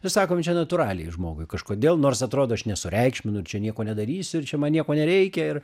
ir sakom čia natūraliai žmogui kažkodėl nors atrodo aš nesureikšminu čia nieko nedarysiu ir čia man nieko nereikia ir